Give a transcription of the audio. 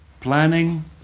planning